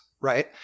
right